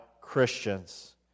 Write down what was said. Christians